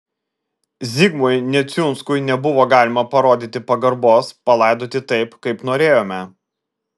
zigmui neciunskui nebuvo galima parodyti pagarbos palaidoti taip kaip norėjome